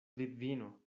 vidvino